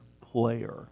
player